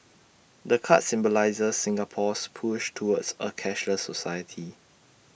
the card symbolises Singapore's push towards A cashless society